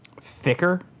thicker